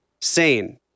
sane